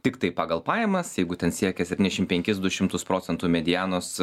tiktai pagal pajamas jeigu ten siekia septyniasdešim penkis du šimtus procentų medianos